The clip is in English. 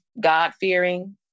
god-fearing